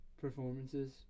Performances